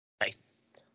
Nice